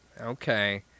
Okay